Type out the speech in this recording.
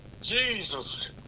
Jesus